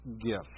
gift